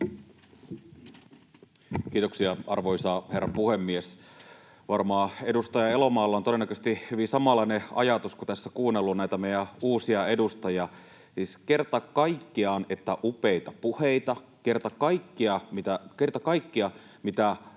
Kiitoksia, arvoisa herra puhemies! Edustaja Elomaalla on todennäköisesti hyvin samanlainen ajatus kuin mitä olen tässä kuunnellut näitä meidän uusia edustajia — siis kerta kaikkiaan upeita puheita, ja mitä